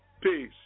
Peace